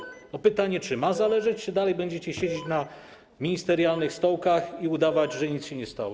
Powstaje pytanie, czy ma zależeć czy dalej będziecie siedzieć na ministerialnych stołkach i udawać, że nic się nie stało.